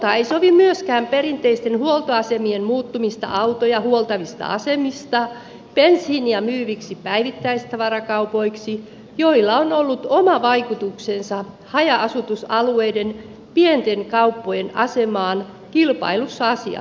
unohtaa ei sovi myöskään perinteisten huoltoasemien muuttumista autoja huoltavista asemista bensiiniä myyviksi päivittäistavarakaupoiksi joilla on ollut oma vaikutuksensa haja asutusalueiden pienten kauppojen asemaan kilpailussa asiakkaista